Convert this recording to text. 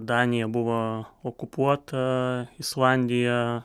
danija buvo okupuota islandija